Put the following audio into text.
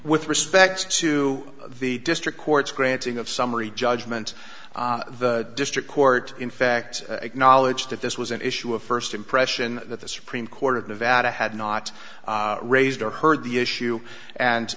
with respect to the district court's granting of summary judgment the district court in fact acknowledged that this was an issue of first impression that the supreme court of nevada had not raised or heard the issue